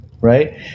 right